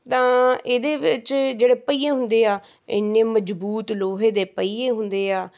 ਤਾਂ ਇਹਦੇ ਵਿੱਚ ਜਿਹੜੇ ਪਹੀਏ ਹੁੰਦੇ ਆ ਇੰਨੇ ਮਜਬੂਤ ਲੋਹੇ ਦੇ ਪਹੀਏ ਹੁੰਦੇ ਆ